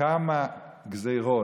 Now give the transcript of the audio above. כמה גזרות,